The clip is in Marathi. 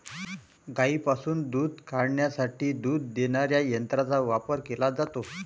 गायींपासून दूध काढण्यासाठी दूध देणाऱ्या यंत्रांचा वापर केला जातो